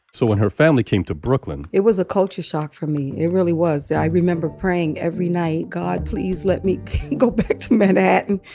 so when her family came to brooklyn. it was a culture shock for me. it really was. i remember praying every night, god, please let me go back to manhattan,